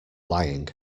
lying